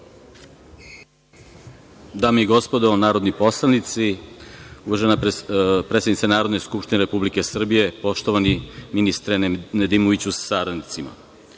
Dame i gospodo narodni poslanici, uvažena predsednice Narodne skupštine Republike Srbije, poštovani ministre Nedimoviću sa saradnicima,